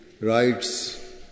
rights